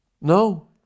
No